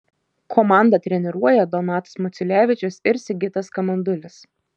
komandą treniruoja donatas maciulevičius ir sigitas kamandulis